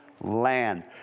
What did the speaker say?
land